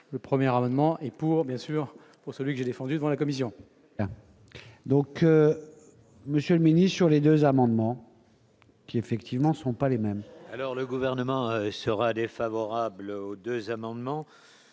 le 1er rapidement et pour bien sûr pour celui qui a défendu devant la commission. Donc Monsieur Mini sur les 2 amendements. Qui effectivement sont pas les mêmes. Alors le gouvernement sera défavorable aux 2 amendements